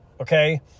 Okay